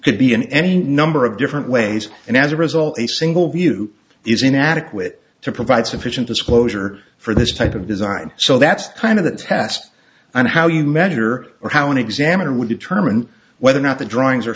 could be in any number of different ways and as a result a single view is inadequate to provide sufficient disclosure for this type of design so that's kind of the test and how you measure or how an examiner would determine whether or not the drawings